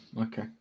okay